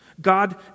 God